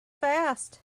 fast